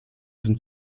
sind